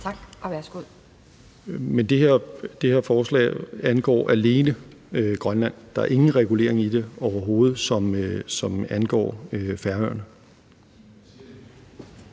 Hækkerup): Men det her forslag angår alene Grønland. Der er ingen regulering i det overhovedet, som angår Færøerne.